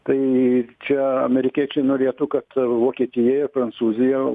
tai čia amerikiečiai norėtų kad vokietija ir prancūzija